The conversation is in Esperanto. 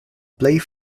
plej